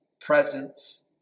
presence